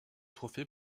trophée